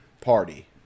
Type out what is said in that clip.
party